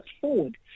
forward